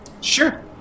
Sure